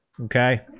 okay